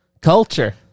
Culture